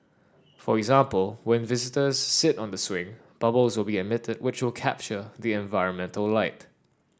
for example when visitors sit on the swing bubbles will be emitted which will capture the environmental light